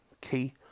key